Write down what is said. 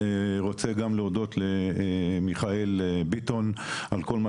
אני גם רוצה להודות למיכאל ביטון על כל מה